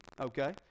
Okay